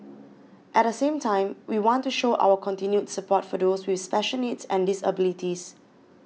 at the same time we want to show our continued support for those with special needs and disabilities